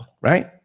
right